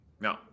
No